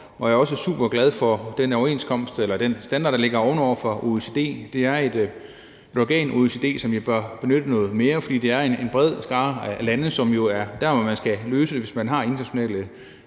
og jeg er også superglad for den standard fra OECD, der ligger ovenover. OECD er et organ, som vi bør benytte noget mere, for det er en bred skare af lande, og det er jo også der, hvor man skal løse det, hvis man har internationale